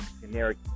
generic